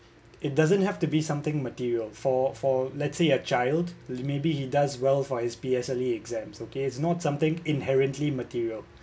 it doesn't have to be something material for for let's say a child maybe he does well for his P_S_L_E exams okay its not something inherently material